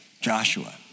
Joshua